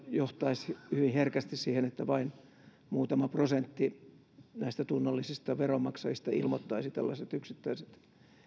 johtaisi hyvin herkästi siihen että vain muutama prosentti näistä tunnollisista veronmaksajista ilmoittaisi tällaiset yksittäiset